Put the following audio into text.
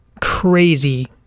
crazy